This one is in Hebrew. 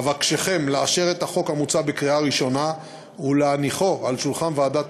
אבקשכם לאשר את החוק המוצע בקריאה ראשונה ולהניחו על שולחן ועדת